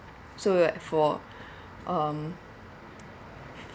so like for um